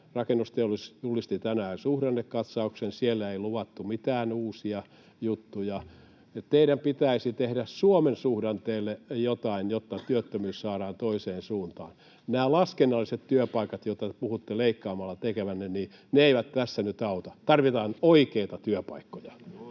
Rakennusteollisuus julkisti tänään suhdannekatsauksen. Siellä ei luvattu mitään uusia juttuja. Teidän pitäisi tehdä Suomen suhdanteelle jotain, jotta työttömyys saadaan toiseen suuntaan. Nämä laskennalliset työpaikat, joita te puhutte leikkaamalla tekevänne, eivät tässä nyt auta. Tarvitaan oikeita työpaikkoja.